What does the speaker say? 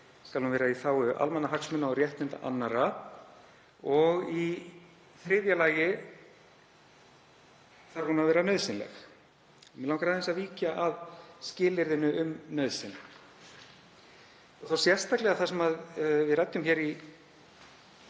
skal hún vera í þágu almannahagsmuna og réttinda annarra og í þriðja lagi þarf hún að vera nauðsynleg. Mig langar aðeins að víkja að skilyrðinu um nauðsyn og sérstaklega það sem við ræddum hér í